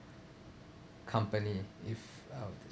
company if how to